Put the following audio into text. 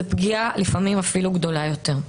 זו פגיעה לפעמים אפילו גדולה יותר.